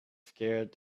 scared